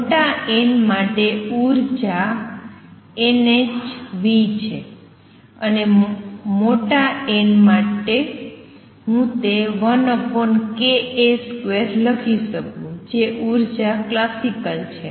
મોટા n માટે ઉર્જા nhv છે અને મોટા n માટે હું તે લખી શકું જે ઉર્જા ક્લાસિકલ છે